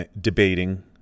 debating